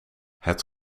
het